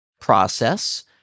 process